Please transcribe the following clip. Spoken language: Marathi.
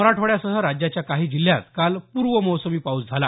मराठवाड्यासह राज्याच्या काही जिल्ह्यात काल पूर्व मोसमी पाऊस झाला